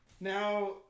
Now